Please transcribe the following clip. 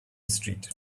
street